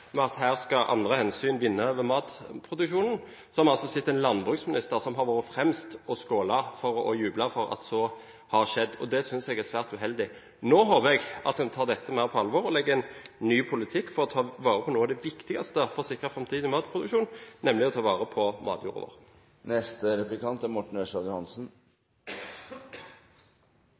med at her skal andre hensyn vinne over matproduksjonen, har vi sett en landbruksminister som har vært fremst for å skåle og juble for at så har skjedd. Det synes jeg er svært uheldig. Nå håper jeg at en tar dette mer på alvor og legger en ny politikk for å ta vare på noe av det viktigste for å sikre framtidig matproduksjon, nemlig matjorda vår. Mattilsynet gjør en viktig jobb, og det er